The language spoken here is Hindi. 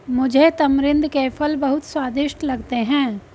मुझे तमरिंद के फल बहुत स्वादिष्ट लगते हैं